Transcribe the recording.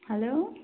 hello